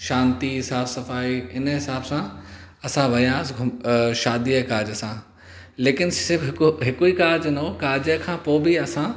शांती साफ़ु सफाई इन हिसाब सां असां वियासीं घुम अ शादीअ काज सां लेकिन सिर्फ़ु हिकु हिकु ई काज न हो काज खां पोइ बि असां